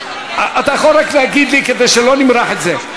אתה יכול רק להגיד לי כדי שלא נמרח את זה?